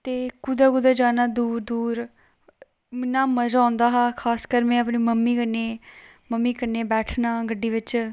ते कुतै कुतै जाना दूर दूर इन्ना मजा औंदा हा खासकर में अपनी मम्मी कन्नै मम्मी कन्नै बैठना गड्डी बिच